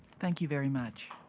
thank you very much.